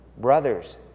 brothers